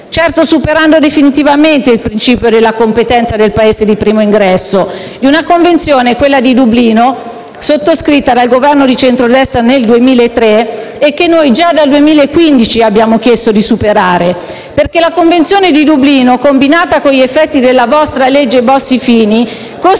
certo superando definitivamente il principio della competenza del Paese di primo ingresso di una Convenzione, quella di Dublino, sottoscritta dal Governo di centrodestra nel 2003 e che noi, già dal 2015, abbiamo chiesto di superare. La Convenzione di Dublino, infatti, combinata con gli effetti della vostra legge Bossi-Fini, costringe